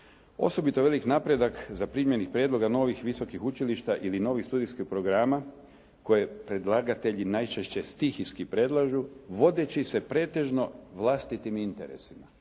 “Osobito veliki napredak zaprimljenih prijedloga novih visokih učilišta ili novih studentskih programa koje predlagatelji najčešće stihijski predlažu vodeći se pretežno vlastitim interesima.